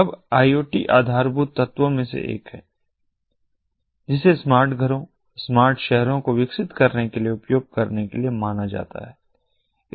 अब I O T आधारभूत तत्वों में से एक है जिसे स्मार्ट घरों और स्मार्ट शहरों को विकसित करने के लिए उपयोग करने के लिए माना जाता है